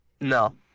No